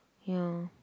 ya